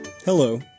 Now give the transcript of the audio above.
Hello